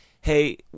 hey